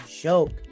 joke